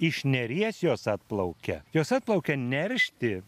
iš neries jos atplaukia jos atplaukia neršti